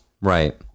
Right